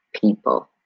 people